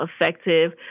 effective